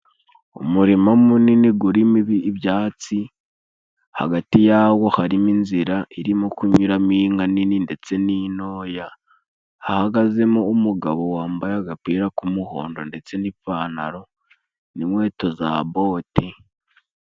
Umurima munini gurimo ibyatsi hagati yawo harimo inzira irimo kunyuramo inka nini ndetse n'intoya ,hahagazemo umugabo wambaye agapira k'umuhondo ndetse n'ipantaro n'inkweto za bote.